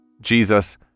Jesus